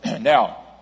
now